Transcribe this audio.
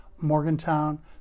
Morgantown